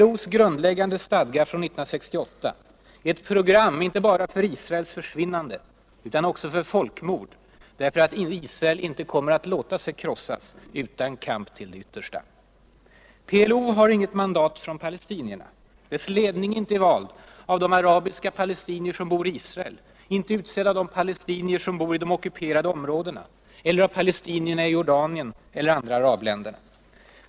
PLO:s grundläggande stadga från 1968 är ett program inte bara för Israels försvinnande utan också för folkmord, därför att Israel inte kommer att låta sig krossas utan kamp till det yttersta. PLO har inget mandat från palestinierna. Dess ledning är inte vald av de arabiska palestinier som bor i Israel, är inte utsedd av de palestinier som bor i de ockuperade områdena eller av palestinierna i Jordanien eller andra arabländer.